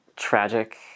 tragic